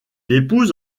épouse